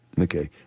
Okay